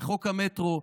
חוק המטרו,